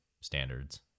standards